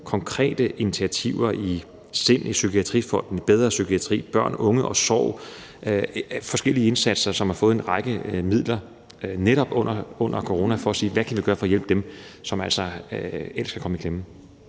konkrete initiativer i SIND, Psykiatrifonden, Bedre Psykiatri, Børn, Unge & Sorg og på forskellige indsatser, som har fået en række midler netop under corona, for at se, hvad vi kan gøre for at hjælpe dem, som altså ellers kan komme i klemme.